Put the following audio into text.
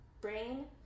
brain